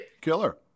Killer